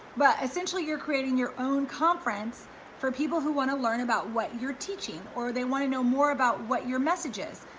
but essentially you're creating your own conference for people who wanna learn about what you're teaching, or they wanna know more about what your message is.